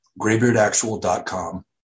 graybeardactual.com